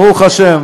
ברוך השם,